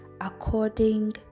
according